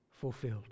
fulfilled